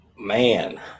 man